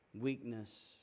weakness